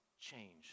change